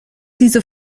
diese